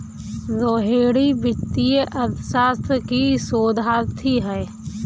रोहिणी वित्तीय अर्थशास्त्र की शोधार्थी है